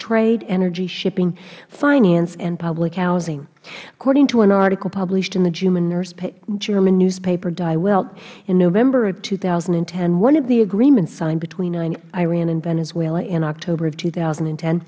trade energy shipping finance and public housing according to an article published in the german newspaper die welt in november of two thousand and ten one of the agreements signed between iran and venezuela in october of two thousand and ten